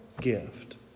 gift